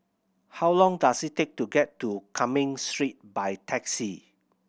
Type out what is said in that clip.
how long does it take to get to Cumming Street by taxi